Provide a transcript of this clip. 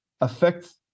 affects